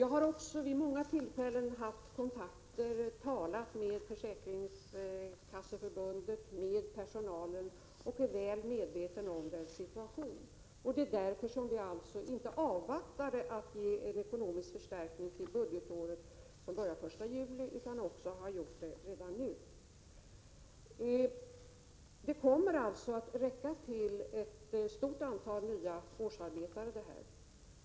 Jag har vid många tillfällen talat med Försäkringskasseförbundet och med personalen och är väl medveten om den situation som råder. Det är därför som vi inte avvaktat med att ge en ekonomisk förstärkning till det budgetår som börjar den 1 juli utan har kommit med en förstärkning redan nu. Medlen kommer att räcka till ett stort antal nya årsarbetare.